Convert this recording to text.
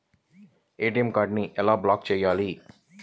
ATM కార్డుని ఎలా block చేయాలి?